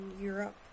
Europe